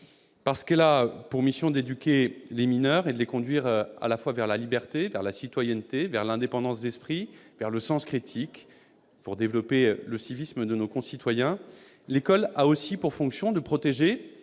Parce qu'elle a pour mission d'éduquer les mineurs et de les conduire vers la liberté, vers la citoyenneté, vers l'indépendance d'esprit et vers le sens critique, afin de développer le civisme de nos concitoyens, l'école a pour fonction de protéger